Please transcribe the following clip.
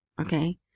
okay